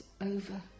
Over